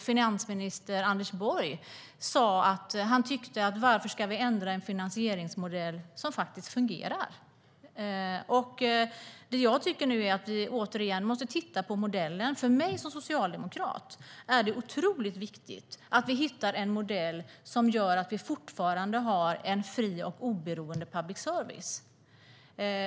Finansminister Anders Borg undrade varför en finansieringsmodell som faktiskt fungerar ska ändras. Vi måste återigen titta på modellen. För mig som socialdemokrat är det otroligt viktigt att hitta en modell som gör att det fortfarande finns en fri och oberoende public service.